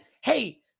Hey